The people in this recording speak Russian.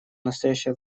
настоящее